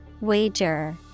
wager